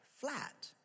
flat